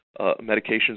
medications